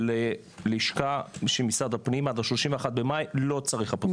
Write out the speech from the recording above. ללשכת משרד הפנים עד 31.5 לא צריך אפוסטיל.